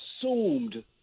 assumed